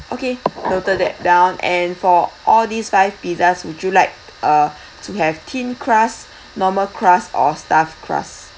okay noted that down and for all these five pizzas would you like uh to have thin crust normal crust or stuffed crust